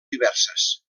diverses